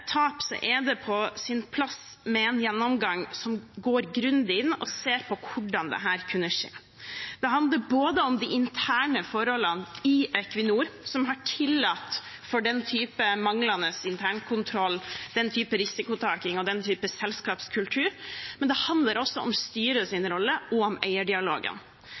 tap er det på sin plass med en gjennomgang der man går grundig inn og ser på hvordan dette kunne skje. Det handler om de interne forholdene i Equinor som har tillatt den typen manglende internkontroll, den type risikotaking og den typen selskapskultur, men det handler også om styrets rolle og om eierdialogen.